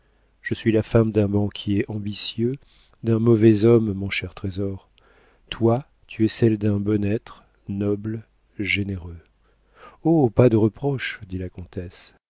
je suis la femme d'un banquier ambitieux d'un mauvais homme mon cher trésor toi tu es celle d'un bon être noble généreux oh pas de reproches dit la comtesse